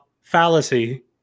fallacy